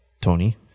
Tony